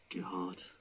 god